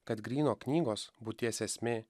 kad gryno knygos būties esmė